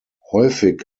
häufig